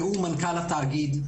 והוא מנכ"ל התאגיד.